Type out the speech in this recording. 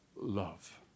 Love